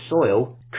soil